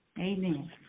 Amen